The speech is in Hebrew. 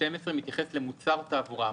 סעיף 112 מתייחס למוצר תעבורה.